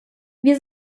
wir